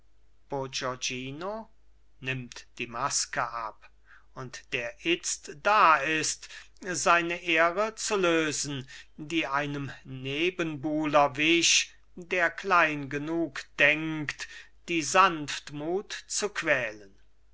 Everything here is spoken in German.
nimmt die maske ab und der itzt da ist seine ehre zu lösen die einem nebenbuhler wich der klein genug denkt die sanftmut zu quälen